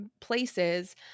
places